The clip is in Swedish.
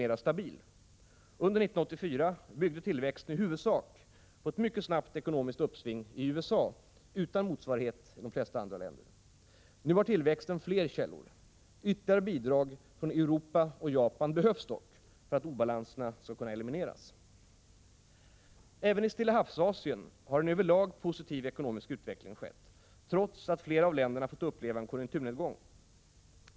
Under år 1984 byggde tillväxten i huvudsak på ett mycket snabbt ekonomiskt uppsving i USA utan motsvarighet i de flesta andra länder. Nu har tillväxten fler källor. Ytterligare bidrag från Europa och Japan behövs dock för att obalanserna skall kunna elimineras. Även i Stillahavsasien har en över lag positiv ekonomisk utveckling skett, trots att flera av länderna fått uppleva en konjunkturnedgång.